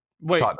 Wait